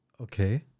Okay